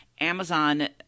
Amazon